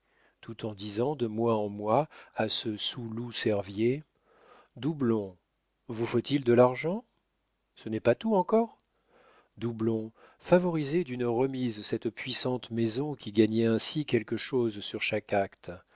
tout en disant de mois en mois à ce sous loup cervier doublon vous faut-il de l'argent ce n'est pas tout encore doublon favorisait d'une remise cette puissante maison qui gagnait ainsi quelque chose sur chaque acte